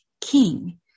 king